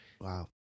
Wow